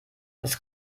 das